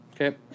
okay